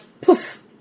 poof